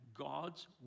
God's